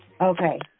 Okay